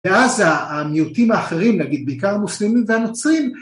ואז המיעוטים האחרים נגיד, בעיקר המוסלמים והנוצרים